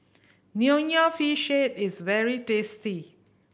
Nonya Fish Head is very tasty